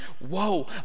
whoa